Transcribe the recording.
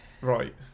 Right